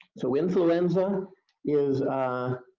so influenza is a